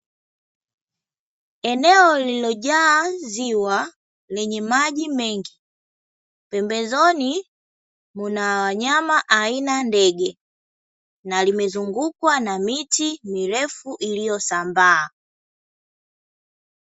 Eneo lililojaa ziwa lenye maji mengi, pembezoni kuna wanyama aina ya ndege na limezungukwa na miti mirefu iliyosambaa.